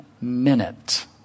minute